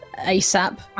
ASAP